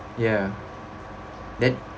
ya then